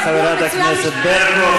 תודה, חברת הכנסת ברקו.